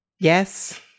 Yes